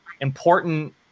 important